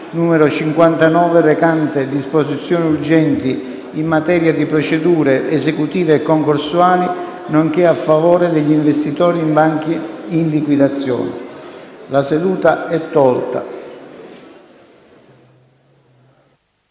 n. 59, recante disposizioni urgenti in materia di procedure esecutive e concorsuali, nonché a favore degli investitori in banche in liquidazione (2362 ) La seduta è tolta